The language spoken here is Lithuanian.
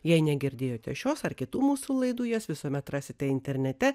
jei negirdėjote šios ar kitų mūsų laidų jas visuomet rasite internete